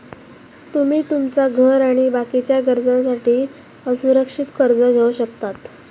तुमी तुमच्या घर आणि बाकीच्या गरजांसाठी असुरक्षित कर्ज घेवक शकतास